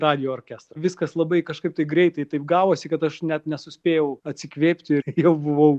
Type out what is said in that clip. radijo orkestrą viskas labai kažkaip tai greitai taip gavosi kad aš net nesuspėjau atsikvėpti ir jau buvau